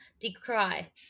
Decry